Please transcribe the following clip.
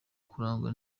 kurangwa